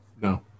No